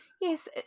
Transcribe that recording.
Yes